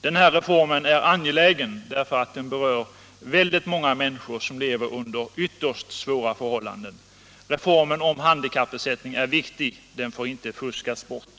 Den här reformen är angelägen därför att den berör väldigt många människor som lever under ytterst svåra förhållanden. Reformen om handikappersättning är viktig, den får inte fuskas bort.